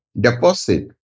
deposit